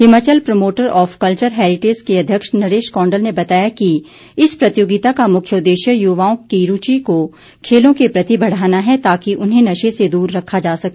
Himachal promoter of culture heritage के अध्यक्ष नरेश कौंडल ने बताया कि इस प्रतियोगिता का मुख्य उद्देश्य युवाओं की रूचि को खेलों के प्रति बढ़ाना है ताकि उन्हें नशे से दूर रखा जा सके